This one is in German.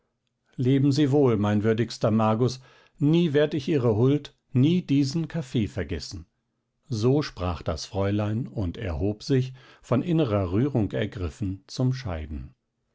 leben sie wohl mein würdigster magus nie werd ich ihre huld nie diesen kaffee vergessen so sprach das fräulein und erhob sich von innerer rührung ergriffen zum scheiden